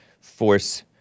force